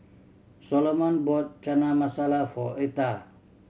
Soloman bought Chana Masala for Eartha